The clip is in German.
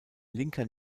linker